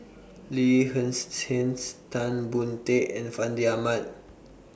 Lin Hsin Hsin Tan Boon Teik and Fandi Ahmad